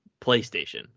PlayStation